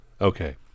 Okay